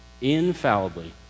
infallibly